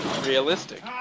Realistic